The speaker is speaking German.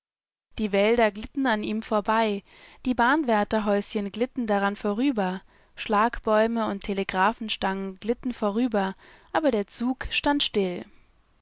die wälder glitten an ihm vorbei die bahnwärterhäuschen glitten daran vorüber schlagbäume und telegraphenstangen glitten vorüber aber der zug stand still